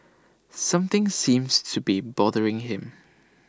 something seems to be bothering him